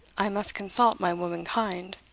i must consult my womankind.